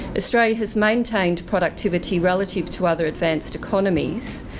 australia has maintained productivity relative to other advanced economies,